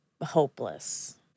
hopeless